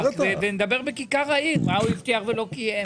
ונדבר בכיכר העיר מה הוא הבטיח ולא קיים.